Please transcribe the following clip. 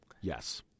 Yes